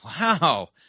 wow